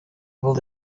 able